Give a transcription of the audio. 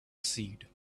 seed